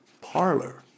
parlor